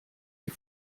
die